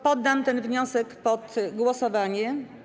Poddam ten wniosek pod głosowanie.